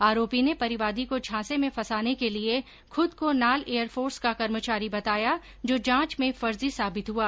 आरोपी ने परिवादी को झांसे में फंसाने के लिए खुद को नाल एयरफोर्स का कर्मचारी बताया जो जांच में फर्जी साबित हुआ